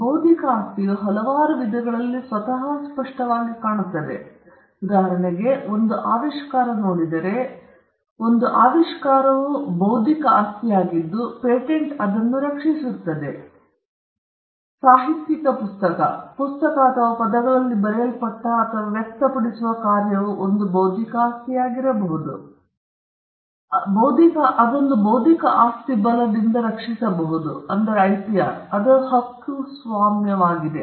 ಬೌದ್ಧಿಕ ಆಸ್ತಿಯು ಹಲವಾರು ವಿಧಗಳಲ್ಲಿ ಸ್ವತಃ ಸ್ಪಷ್ಟವಾಗಿ ಕಾಣುತ್ತದೆ ಉದಾಹರಣೆಗೆ ನೀವು ಆವಿಷ್ಕಾರ ನೋಡಿದರೆ ಒಂದು ಆವಿಷ್ಕಾರವು ಒಂದು ಬೌದ್ಧಿಕ ಆಸ್ತಿಯಾಗಿದ್ದು ಅದನ್ನು ಪೇಟೆಂಟ್ ರಕ್ಷಿಸುತ್ತದೆ ಅದು ಬೌದ್ಧಿಕ ಆಸ್ತಿಯಾಗಿದೆ ಸಾಹಿತ್ಯಿಕ ಕೆಲಸ ಪುಸ್ತಕ ಅಥವಾ ಪದಗಳಲ್ಲಿ ಬರೆಯಲ್ಪಟ್ಟ ಅಥವಾ ವ್ಯಕ್ತಪಡಿಸುವ ಕಾರ್ಯವು ಒಂದು ಬೌದ್ಧಿಕ ಆಸ್ತಿಯಾಗಿರಬಹುದು ಅದನ್ನು ಬೌದ್ಧಿಕ ಆಸ್ತಿ ಬಲದಿಂದ ರಕ್ಷಿಸಬಹುದು ಅದು ಹಕ್ಕುಸ್ವಾಮ್ಯವಾಗಿದೆ